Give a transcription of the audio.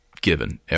given